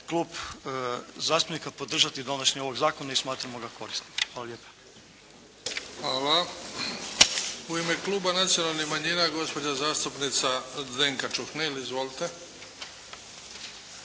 klub zastupnika podržati donošenje ovog zakona i smatramo ga korisnim. Hvala lijepa. **Bebić, Luka (HDZ)** Hvala. U ime Kluba nacionalnih manjina, gospođa zastupnica Zdenka Čuhnil. Izvolite.